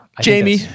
Jamie